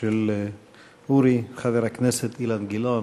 של אורי, חבר הכנסת אילן גילאון.